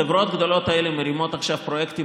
החברות הגדולות האלה מרימות עכשיו פרויקטים